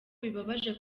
bibabaje